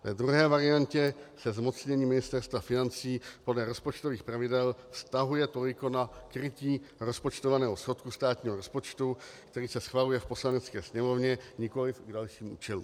Ve druhé variantě se zmocnění Ministerstva financí podle rozpočtových pravidel vztahuje toliko na krytí rozpočtovaného schodku státního rozpočtu, který se schvaluje v Poslanecké sněmovně, nikoliv k dalším účelům.